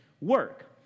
work